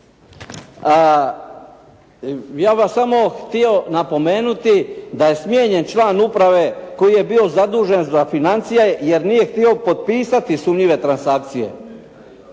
Ja bih samo htio napomenuti da je smijenjen član uprave koji je bio zadužen za financije jer nije htio potpisati sumnjive transakcije.